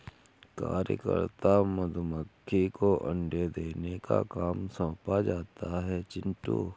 कार्यकर्ता मधुमक्खी को अंडे देने का काम सौंपा जाता है चिंटू